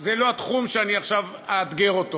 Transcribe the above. זה לא התחום שאני עכשיו אאתגר אותו.